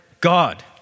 God